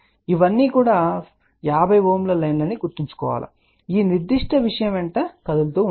ఇప్పుడు ఇవన్నీ కూడా 50 Ω లైన్ అని గుర్తుంచుకోండి మీరు ఈ నిర్దిష్ట విషయం వెంట కదులుతున్నారు